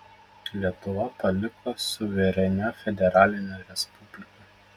lietuva paliko suverenia federaline respublika